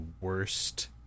worst